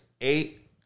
eight